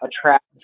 attract